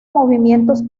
movimientos